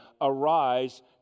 arise